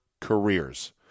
careers